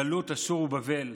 גלות אשור ובבל,